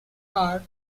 are